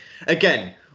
Again